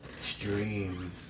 stream